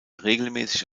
regelmäßig